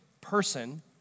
person